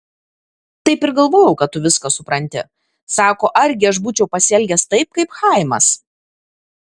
taip ir galvojau kad tu viską supranti sako argi aš būčiau pasielgęs taip kaip chaimas